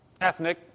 ethnic